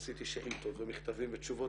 הזאת ועשיתי שאילתות ומכתבים ותשובות,